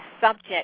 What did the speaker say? subject